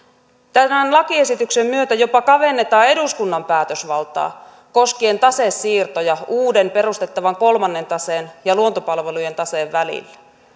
tämän lakiesityksen myötä jopa kavennetaan eduskunnan päätösvaltaa koskien tasesiirtoja uuden perustettavan kolmannen taseen ja luontopalvelujen taseen välillä